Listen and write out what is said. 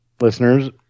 listeners